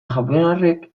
japoniarrek